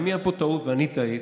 אם תהיה פה טעות ואני טעיתי,